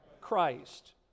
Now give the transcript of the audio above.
Christ